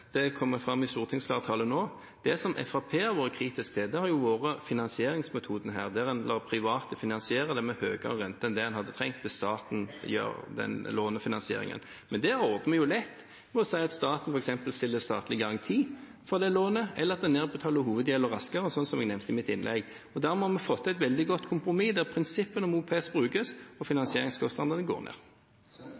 Det kommer fram av det stortingsflertallet nå sier. Det Fremskrittspartiet har vært kritisk til, har vært finansieringsmetoden, der man lar private finansiere det med høyere rente enn man hadde trengt hvis staten foretok den lånefinansieringen. Men det ordner vi lett ved å si at staten f.eks. stiller statlig garanti for det lånet, eller at man nedbetaler hovedgjelden raskere, som jeg nevnte i mitt innlegg. Vi har fått til et veldig godt kompromiss, der prinsippene med OPS brukes, og